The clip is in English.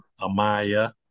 Amaya